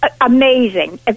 amazing